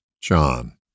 John